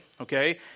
okay